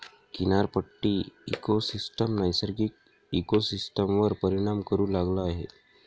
किनारपट्टी इकोसिस्टम नैसर्गिक इकोसिस्टमवर परिणाम करू लागला आहे